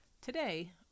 Today